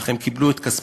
אך הם קיבלו את כספם,